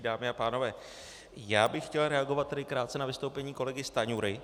Dámy a pánové, já bych chtěl reagovat krátce na vystoupení kolegy Stanjury.